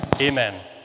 amen